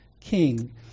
king